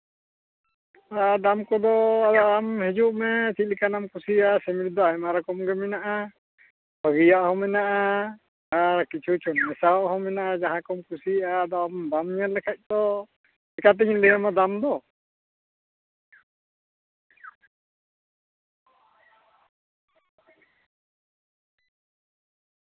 ᱫᱟᱢ ᱠᱚᱫᱚ ᱟᱢ ᱦᱤᱡᱩᱜ ᱢᱮ ᱪᱮᱫ ᱞᱮᱠᱟᱱᱟᱜ ᱮᱢ ᱠᱩᱥᱤᱭᱟᱜᱼᱟ ᱥᱤᱢᱤᱴ ᱫᱚ ᱟᱭᱢᱟ ᱨᱚᱠᱚᱢ ᱜᱮ ᱢᱮᱱᱟᱜᱼᱟ ᱵᱷᱟᱹᱜᱤᱭᱟᱜ ᱦᱚᱸ ᱢᱮᱱᱟᱜᱼᱟ ᱟᱨ ᱠᱤᱪᱷᱩ ᱠᱤᱪᱷᱩ ᱢᱮᱥᱟᱣᱟᱜ ᱦᱚᱸ ᱢᱮᱱᱟᱜᱼᱟ ᱡᱟᱦᱟᱸ ᱠᱚᱢ ᱠᱩᱥᱤᱭᱟᱜᱼᱟ ᱟᱨ ᱟᱢ ᱵᱟᱢ ᱧᱮᱞ ᱞᱮᱠᱷᱟᱱ ᱛᱚ ᱪᱮᱠᱟᱛᱤᱧ ᱞᱟᱹᱭᱟᱢᱟ ᱫᱟᱢ ᱫᱚ